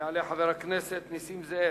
יעלה חבר הכנסת נסים זאב.